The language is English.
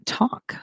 talk